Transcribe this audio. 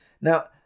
now